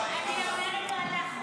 היא בעדך.